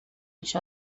each